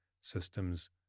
systems